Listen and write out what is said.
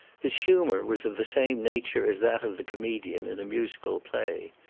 his humour was of the same nature as that of the comedian in a musical play.